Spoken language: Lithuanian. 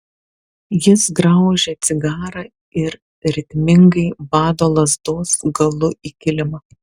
jis graužia cigarą ir ritmingai bado lazdos galu į kilimą